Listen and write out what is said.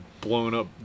blown-up